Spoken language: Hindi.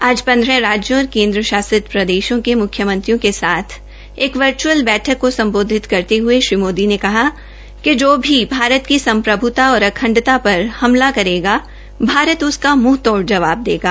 आज विभिन्न राज्यों और केन्द्रशासित प्रदेशों के मुख्य मंत्रियों के साथ एक वर्च्अल बैठकि को समबोधित करते हये श्री मोदी ने कहा कि जो भी भारत की संप्रभता और अखंडता पर हमला करेगा भारत उसका म्हं तोड़ जवाब देगा